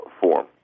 form